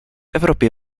evropě